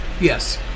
Yes